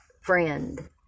friend